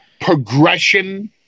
progression